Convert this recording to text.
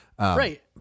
Right